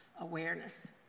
awareness